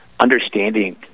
understanding